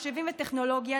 מחשבים וטכנולוגיה,